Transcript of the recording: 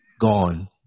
gone